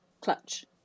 clutch